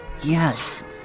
Yes